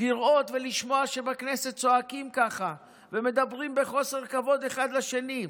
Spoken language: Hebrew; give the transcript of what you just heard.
לראות ולשמוע שבכנסת צועקים ככה ומדברים בחוסר כבוד אחד לשני.